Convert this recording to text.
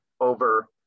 over